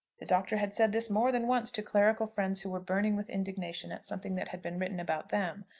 the doctor had said this more than once to clerical friends who were burning with indignation at something that had been written about them.